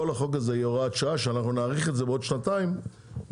כל החוק הזה יהיה הוראת שעה שאנחנו נאריך את זה בעוד שנתיים לגמרי,